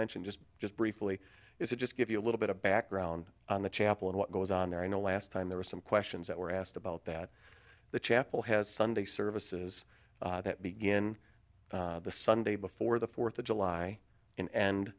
mention just just briefly is it just give you a little bit of background on the chapel and what goes on there i know last time there was some questions that were asked about that the chapel has sunday services that begin the sunday before the fourth of july and